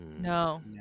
no